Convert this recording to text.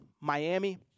Miami